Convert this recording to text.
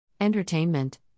Entertainment